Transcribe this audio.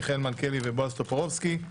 מיכאל מלכיאלי ובועז טופורובסקי,